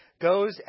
goes